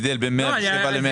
ההבדל בין 107 ל-120.